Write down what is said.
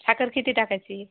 साखर किती टाकायची